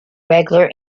regularly